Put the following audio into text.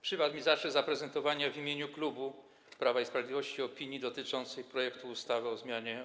Przypadł mi zaszczyt zaprezentowania w imieniu klubu Prawo i Sprawiedliwość opinii dotyczącej projektu ustawy o zmianie